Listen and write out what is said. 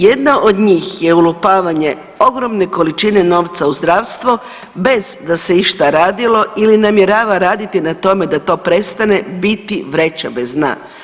Jedna od njih je ulupavanje ogromne količine novca u zdravstvo bez da se išta radilo ili namjerava raditi na tome da to prestane biti vreća bez dna.